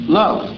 love